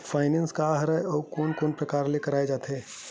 Finance का हरय आऊ कोन कोन प्रकार ले कराये जाथे?